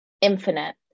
infinite